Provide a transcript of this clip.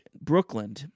Brooklyn